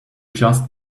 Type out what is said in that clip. just